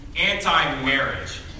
anti-marriage